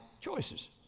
choices